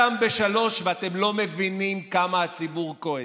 אתם לא מבינים כמה הציבור כועס.